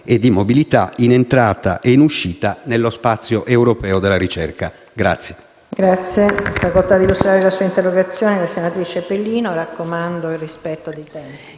e di mobilità, in entrata e in uscita, nello spazio europeo della ricerca.